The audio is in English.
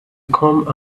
come